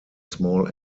small